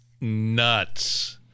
nuts